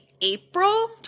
April